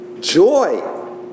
joy